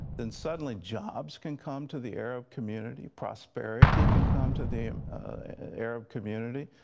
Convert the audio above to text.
then suddenly jobs can come to the arab community. prosperity can come to the arab community.